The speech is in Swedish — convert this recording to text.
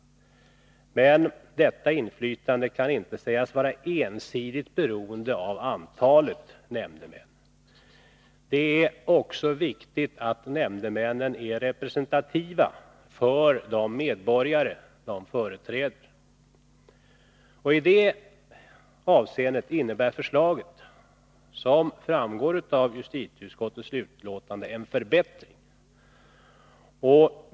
Men detta inflytande kan inte sägas vara ensidigt beroende av antalet nämndemän; det är också viktigt att nämndemännen är representativa för de medborgare som de företräder. I det avseendet innebär förslaget, som framgår av justitieutskottets betänkande, en förbättring.